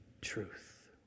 truth